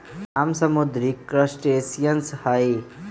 आम समुद्री क्रस्टेशियंस हई